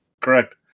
Correct